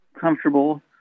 comfortable